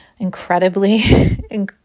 incredibly